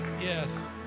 yes